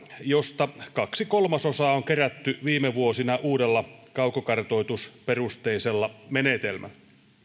josta kaksi kolmasosaa on kerätty viime vuosina uudella kaukokartoitusperusteisella menetelmällä